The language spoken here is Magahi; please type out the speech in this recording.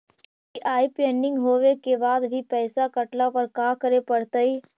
यु.पी.आई पेंडिंग होवे के बाद भी पैसा कटला पर का करे पड़तई?